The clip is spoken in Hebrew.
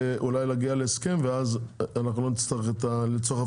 עד אוקטובר, שלושה